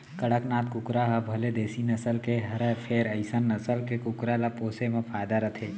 कड़कनाथ कुकरा ह भले देसी नसल के हरय फेर अइसन नसल के कुकरा ल पोसे म फायदा रथे